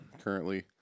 currently